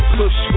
push